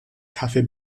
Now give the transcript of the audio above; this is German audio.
kaffee